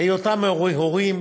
היותם הורים,